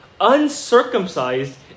uncircumcised